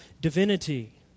divinity